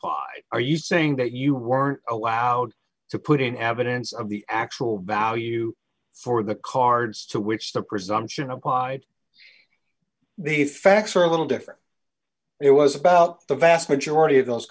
apply are you saying that you weren't allowed to put in evidence of the actual value for the cards to which the presumption applied the facts are a little different it was about the vast majority of those